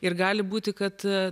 ir gali būti kad